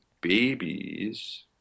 babies